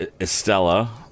Estella